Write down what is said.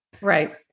Right